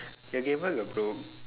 your gameboy got broke